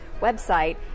website